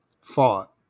fought